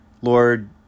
Lord